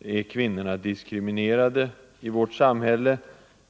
är diskriminerade i vårt samhälle.